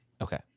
Okay